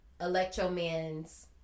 electro-man's